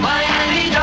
Miami